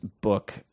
book